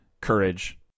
courage